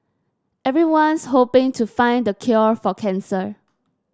everyone's hoping to find the cure for cancer